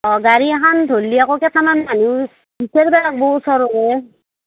অঁ গাড়ী এখন ধৰিলে আকৌ কেইটামান মানুহ বিচাৰিব লাগিব ওচৰৰ